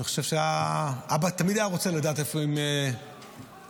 אני חושב שאבא תמיד היה רוצה לדעת איפה הם -- גם כאימא.